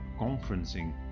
conferencing